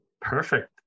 Perfect